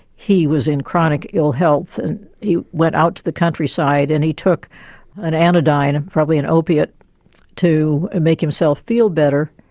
he was in chronic ill health and he went out to the countryside and he took an anodyne and probably an opiate to make himself feel better.